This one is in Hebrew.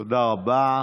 תודה רבה.